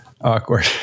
awkward